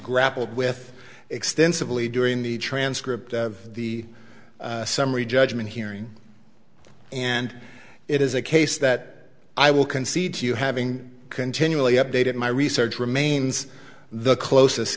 grappled with extensively during the transcript of the summary judgment hearing and it is a case that i will concede to you having continually updated my research remains the closest